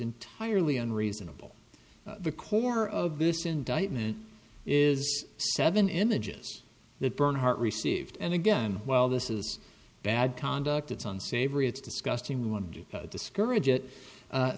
entirely unreasonable the core of this indictment is seven images that bernhardt received and again well this is bad conduct it's unsavory it's disgusting we want to discourage it